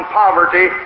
poverty